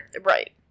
Right